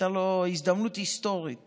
הייתה לו הזדמנות היסטורית